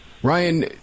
Ryan